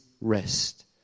rest